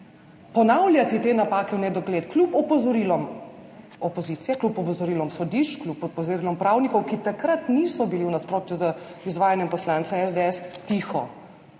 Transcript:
Ponavljati te napake v nedogled, kljub opozorilom opozicije, kljub opozorilom sodišč, kljub opozorilom pravnikov, ki takrat niso bili, v nasprotju z izvajanjem poslanca SDS, tiho,